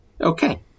okay